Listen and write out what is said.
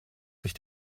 sich